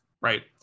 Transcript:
right